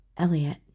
Elliot